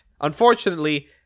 unfortunately